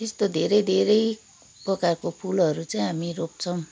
यस्तो धेरै धेरै प्रकारको फुलहरू चाहिँ हामी रोप्छौँ